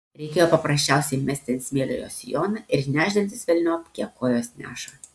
reikėjo paprasčiausiai mesti ant smėlio jos sijoną ir nešdintis velniop kiek kojos neša